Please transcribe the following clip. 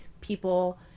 people